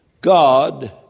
God